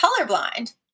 colorblind